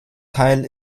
teil